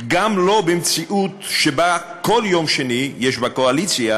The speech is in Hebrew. גם לא במציאות שבה כל יום שני יש בקואליציה,